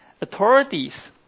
authorities